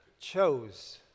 chose